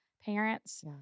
parents